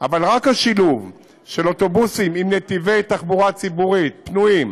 אבל רק השילוב של אוטובוסים עם נתיבי תחבורה ציבורית פנויים,